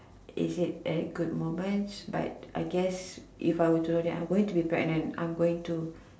it hit a good moments but I guess if I were to have known that I were to be pregnant I'm going to